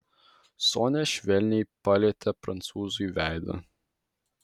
sonia švelniai palietė prancūzui veidą